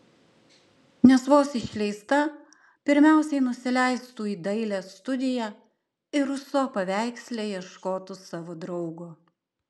nes vos išleista pirmiausiai nusileistų į dailės studiją ir ruso paveiksle ieškotų savo draugo